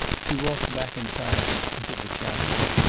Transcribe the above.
she walked back in silence into the chapel.